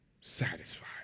satisfied